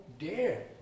dare